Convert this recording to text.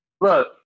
Look